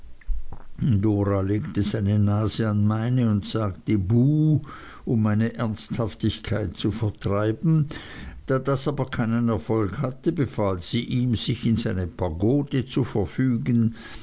legte seine nase an meine und sagte buh um meine ernsthaftigkeit zu vertreiben da das aber keinen erfolg hatte befahl sie ihm sich in seine pagode zu verfügen